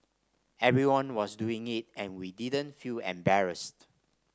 everyone was doing it and we didn't feel embarrassed